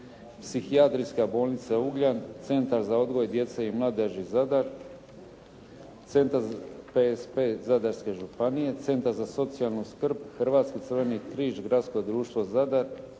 psihijatrijska bolnica Ugljan, Centar za odgoj djece i mladeži Zadar, Centar PSP Zadarske županije, Centar za socijalnu skrb, Hrvatski crveni križ, Gradsko društvo Zadar,